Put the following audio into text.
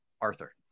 Arthur